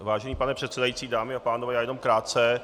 Vážený pane předsedající, dámy a pánové, já jenom krátce.